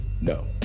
No